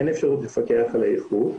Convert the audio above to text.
אין אפשרות לפקח על האיכות,